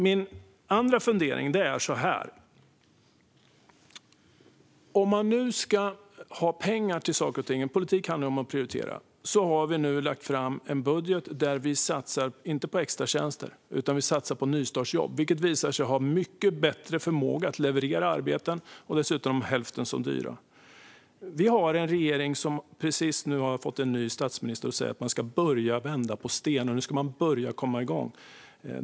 Min andra fundering är: När man nu ska ha pengar till saker och ting - politik handlar ju om att prioritera - har vi lagt fram en budget där vi inte satsar på extratjänster utan på nystartsjobb, som visar sig ha mycket bättre förmåga att leverera arbeten - dessutom hälften så dyra. Vi har precis fått en ny regering och en statsminister som säger att man nu ska börja vända på stenar och börja komma igång.